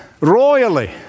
Royally